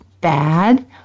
bad